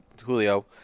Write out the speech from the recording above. Julio